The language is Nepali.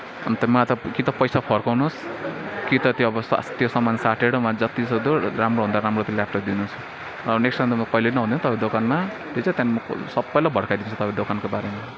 अन्त मलाई त कि त पैसा फर्काउनुहोस् कि त त्यो अब सा त्यो सामान साटेर मलाई जत्तिसक्दो राम्रोभन्दा राम्रो त्यो ल्यापटप दिनुहोस् अब नेक्स्ट टाइम त म कहिले पनि आउँदिनँ तपाईँको दोकानमा ठिक छ त्यहाँदेखि म सबैलाई भड्काइदिन्छु तपाईँको दोकानको बारेमा